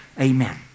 Amen